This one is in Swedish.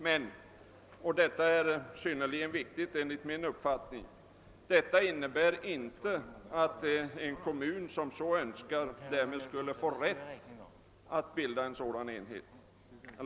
Men — och detta är synnerligen viktigt enligt min uppfattning — detta innebär inte att en kommun som så önskar därmed skulle få rätt att inrätta en sådan enhet.